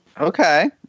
okay